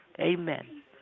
Amen